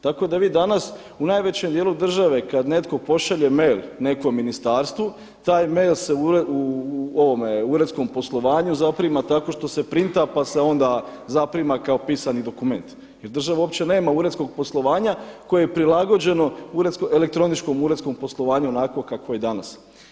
Tako da vi danas u najvećem dijelu države kada netko pošalje mail nekom ministarstvu, taj mail se u uredskom poslovanju zaprima tako što se printa pa se onda zaprima kao pisani dokument jer država uopće nema uredskog poslovanja koje je prilagođeno elektroničkom uredskom poslovanju onako kako je danas.